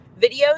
videos